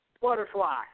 butterfly